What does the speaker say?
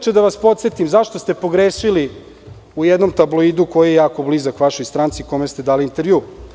Da vas podsetim zašto ste pogrešili u jednom tabloidu koji je jako blizak vašoj stranci, kome ste dali intervju.